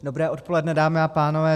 Dobré odpoledne, dámy a pánové.